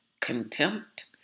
contempt